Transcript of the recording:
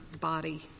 body